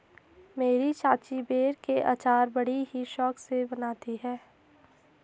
मेरी चाची बेर के अचार बड़ी ही शौक से बनाती है